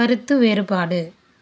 கருத்து வேறுபாடு